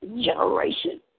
generation